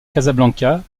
casablanca